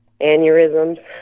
Aneurysms